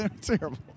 terrible